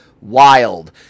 Wild